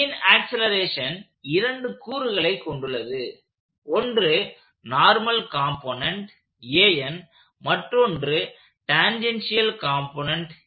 Bன் ஆக்சலேரேஷன் இரண்டு கூறுகளை கொண்டுள்ளது ஒன்று நார்மல் காம்போனென்ட் மற்றொன்று டாஞ்சேன்ஷியல் காம்போனென்ட்